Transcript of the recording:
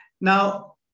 Now